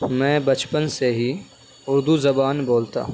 میں بچپن سے ہی اردو زبان بولتا ہوں